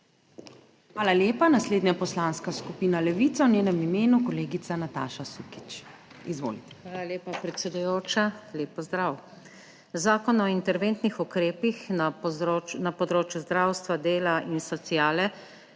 Hvala lepa. Naslednja poslanska skupina Levica, v njenem imenu kolegica Nataša Sukič, izvolite. NATAŠA SUKIČ (PS Levica): Hvala lepa, predsedujoča. Lep pozdrav! Zakon o interventnih ukrepih na področju zdravstva, dela in sociale